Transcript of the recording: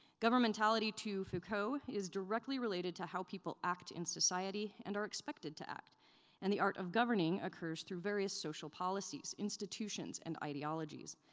governmentality to foucault, is directly related to how people act in society and are expected to act and the art of governing occurs through various social policies, institutions, and ideologies.